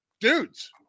dudes